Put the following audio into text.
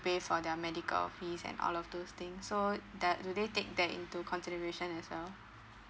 pay for their medical fees and all of those things so that do they take that into consideration as well